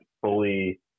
fully